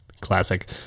classic